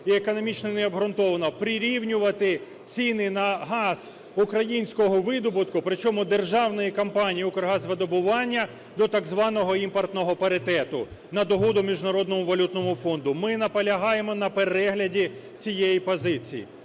і економічно необґрунтовано прирівнювати ціни на газ українського видобутку, причому державної компанії "Укргазвидобування", до так званого імпортного паритету на догоду Міжнародному валютному фонду. Ми наполягаємо на перегляді цієї позиції.